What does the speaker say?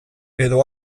edo